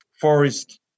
forest